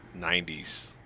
90s